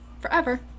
forever